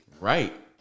Right